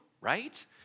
right